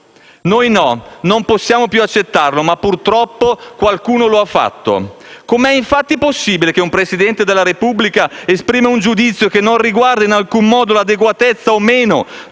Noi no, non possiamo più accettarlo, ma purtroppo qualcuno lo ha fatto. Come è infatti possibile che un Presidente della Repubblica esprima un giudizio che non riguarda in alcun modo il livello di